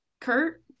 Kurt